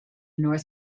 north